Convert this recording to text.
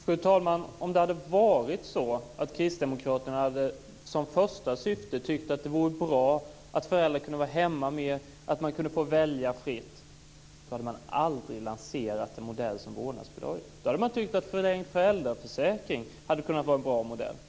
Fru talman! Om kristdemokraternas främsta syfte hade varit att de tyckte att det vore bra om föräldrar kunde vara hemma mer och få välja fritt, då hade de aldrig lanserat en modell som vårdnadsbidraget. Då hade de tyckt att förlängd föräldraförsäkring hade kunnat vara en bra modell.